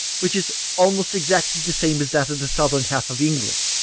which is almost exactly the same as that of the southern half of england.